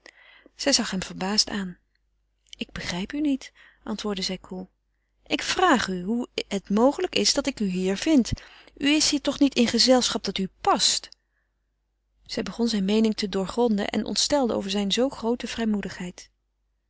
zij zag hem verbaasd aan ik begrijp u niet antwoordde zij koel ik vraag u hoe het mogelijk is dat ik u hier vind u is hier toch niet in gezelschap dat u past zij begon zijn meening te doorgronden en ontstelde over zijne zoo groote